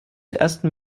ersten